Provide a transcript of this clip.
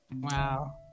Wow